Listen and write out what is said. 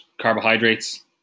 carbohydrates